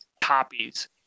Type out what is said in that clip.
copies